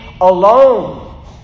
alone